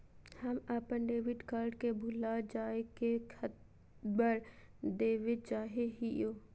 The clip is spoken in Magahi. हम अप्पन डेबिट कार्ड के भुला जाये के खबर देवे चाहे हियो